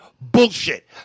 bullshit